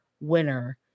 winner